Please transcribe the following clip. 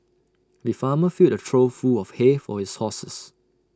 the farmer filled A trough full of hay for his horses